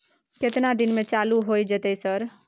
केतना दिन में चालू होय जेतै सर?